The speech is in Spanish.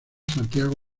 santiago